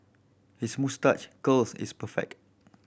his moustache curl is perfect